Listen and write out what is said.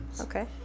Okay